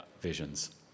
visions